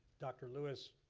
dr. lewis